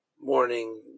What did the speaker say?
morning